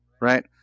right